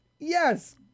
Yes